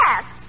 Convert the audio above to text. Yes